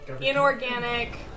inorganic